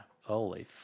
Holy